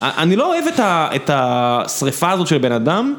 אני לא אוהב את השריפה הזאת של בן אדם